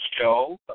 show